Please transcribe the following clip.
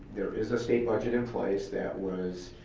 there is a state budget in place that was